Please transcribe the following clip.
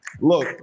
Look